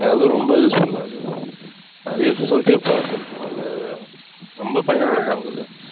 அதுவும் ரொம்ப யூஸ்ஃபுல்லாக இருக்குது நிறைய விஷயம் சொல்லிட்டே போகலாம் செல்ஃபோனால் ரொம்ப பயனுள்ளதாகுது